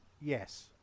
Yes